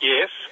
Yes